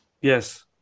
Yes